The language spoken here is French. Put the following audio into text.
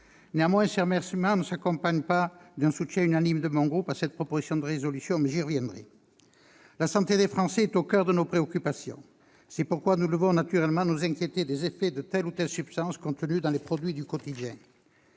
Néanmoins, ces remerciements ne s'accompagneront pas d'un soutien unanime de mon groupe à cette proposition de résolution. La santé des Français est au coeur de nos préoccupations. C'est pourquoi nous devons naturellement nous inquiéter des effets de telle ou telle substance contenue dans les produits du quotidien.